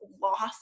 lost